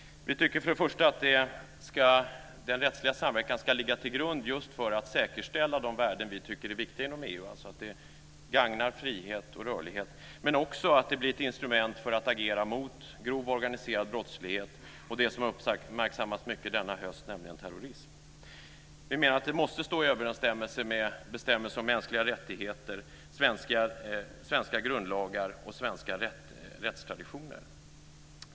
Vi tycker först och främst att den rättsliga samverkan ska ligga till grund just för att man ska säkerställa de värden som vi tycker är viktiga inom EU, alltså att det gagnar frihet och rörlighet men också att det blir ett instrument för att man ska kunna agera mot grov organiserad brottslighet och det som har uppmärksammats mycket denna höst, nämligen terrorism. Vi menar att det måste stå i överensstämmelse med bestämmelser om mänskliga rättigheter, svenska grundlagar och svenska rättstraditioner.